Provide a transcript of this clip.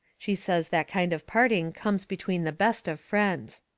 she says that kind of parting comes between the best of friends.